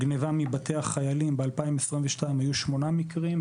גנבה מבתי החיילים ב-2022 היו שמונה מקרים,